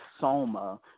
soma